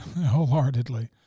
wholeheartedly